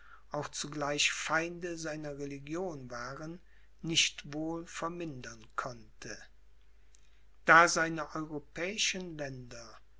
auch zugleich feinde seiner religion waren nicht wohl vermindern konnte da seine europäischen